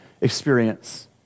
experience